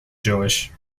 jewish